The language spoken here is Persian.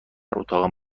اتاقم